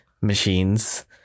machines